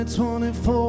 24